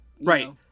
Right